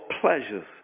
pleasures